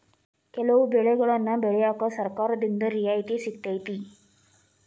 ಕೆಲವು ಬೆಳೆಗನ್ನಾ ಬೆಳ್ಯಾಕ ಸರ್ಕಾರದಿಂದ ರಿಯಾಯಿತಿ ಸಿಗತೈತಿ